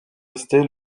resté